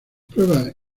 pruebas